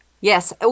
Yes